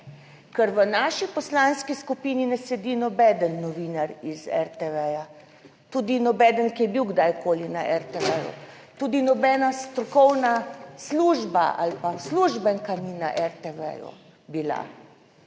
ker v naši poslanski skupini ne sedi noben novinar iz RTV,, tudi nobeden, ki je bil kdajkoli na RTV, tudi nobena strokovna služba ali pa uslužbenka ni na RTV bila.